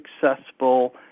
successful